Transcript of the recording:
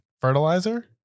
fertilizer